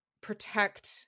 protect